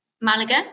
malaga